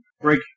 Break